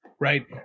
Right